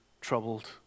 troubled